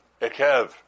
Ekev